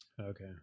Okay